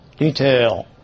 Detail